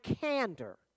candor